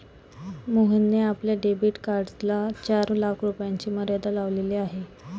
मोहनने आपल्या डेबिट कार्डला चार लाख रुपयांची मर्यादा लावलेली आहे